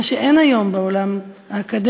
מה שאין היום בעולם האקדמי,